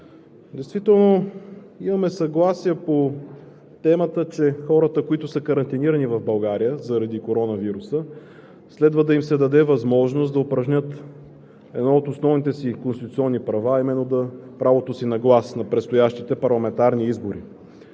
Действително имаме съгласие по темата, че на хората, които са карантинирани в България заради коронавируса, следва да им се даде възможност да упражнят едно от основните си конституционни права – правото си на глас на предстоящите парламентарни избори.